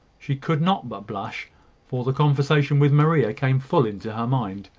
she could not but blush for the conversation with maria came full into her mind.